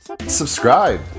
Subscribe